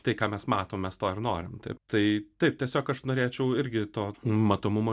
tai ką mes matom mes to ir norim taip tai taip tiesiog aš norėčiau irgi to matomumo